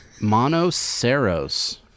monoceros